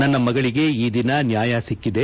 ನನ್ನ ಮಗಳಿಗೆ ಈ ದಿನ ನ್ನಾಯ ಸಿಕ್ಕದೆ